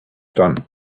done